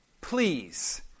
Please